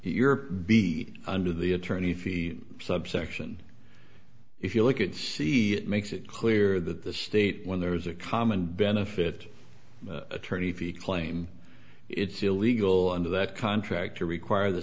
your be under the attorney fees subsection if you look at c it makes it clear that the state when there's a common benefit attorney if you claim it's illegal under that contract to require the